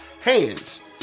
hands